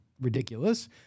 ridiculous